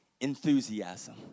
enthusiasm